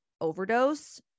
overdose